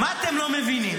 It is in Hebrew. מה אתם לא מבינים?